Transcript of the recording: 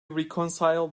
reconcile